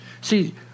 See